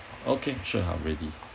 okay sure I'm ready